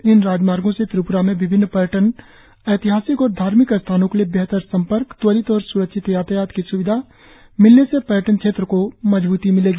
इन राजमार्गों से त्रिप्रा में विभिन्न पर्यटन ऐतिहासिक और धार्मिक स्थानों के लिए बेहतर सम्पर्क त्वरित और स़्रक्षित यातायात की स़ुविधा मिलने से पर्यटन क्षेत्र को मजबूती मिलेगी